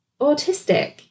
autistic